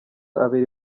abiri